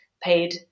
paid